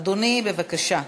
אדוני, בבקשה.